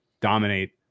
dominate